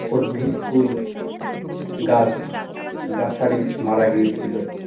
উদ্ভিদকুল গাছ গাছালি মারা গিয়েছিলো